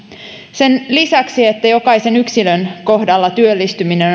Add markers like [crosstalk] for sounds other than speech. sen lisäksi että jokaisen yksikön kohdalla työllistyminen [unintelligible]